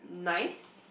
nice